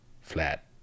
flat